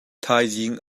thaizing